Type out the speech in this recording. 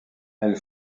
elle